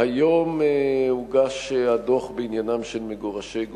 היום הוגש הדוח בעניינם של מגורשי גוש-קטיף,